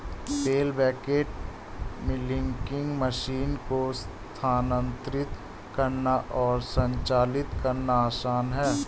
पेल bucket milking machine को स्थानांतरित करना और संचालित करना आसान है